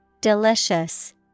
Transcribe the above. Delicious